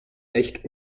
echt